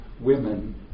women